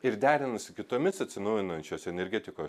ir derinant su kitomis atsinaujinančios energetikos